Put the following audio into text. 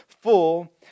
full